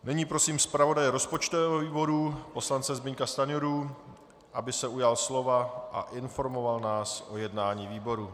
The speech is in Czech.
Nyní prosím zpravodaje rozpočtového výboru poslance Zbyňka Stanjuru, aby se ujal slova a informoval nás o jednání výboru.